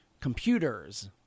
computers